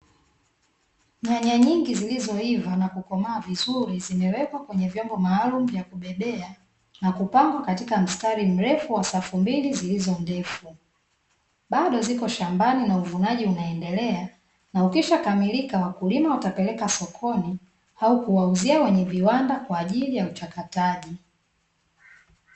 Nyanya nyingi, zilizoivaa na kukomaa vizuri zimewekwa kwenye vyombo maalum vya kubebea na kupangwa katika mstari mrefu wa safu mbili zilizo ndefu. Bado ziko shambani na uvunaji unaendelea na ukisha kamilika wakulima watapeleka sokoni au kuwauzia wenye viwanda kwa ajili ya uchakataji.